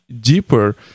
deeper